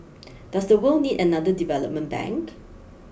does the world need another development bank